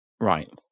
Right